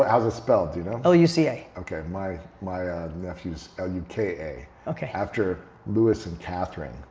ah how is it spelled, do you know? l u c a. okay, my my ah nephew is l u k a. after lewis and katherine